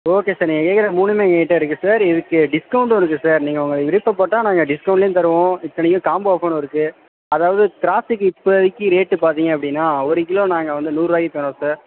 okay sir நீங்கள் கேக்கிற மூணுமே எங்கள் கிட்டே இருக்குது சார் இதுக்கு டிஸ்கவுண்ட்டும் இருக்குது சார் நீங்கள் உங்கள் விருப்பப்பட்டால் நாங்கள் டிஸ்கவுண்ட்லேயும் தருவோம் இத்தனைக்கும் காம்போ ஆஃபரும் இருக்குது அதாவது திராட்சைக்கு இப்போதைக்கு ரேட்டு பார்த்திங்க அப்படினா ஒரு கிலோ நாங்கள் வந்து நூருபாய்க்கு தர்றோம் சார்